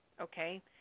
okay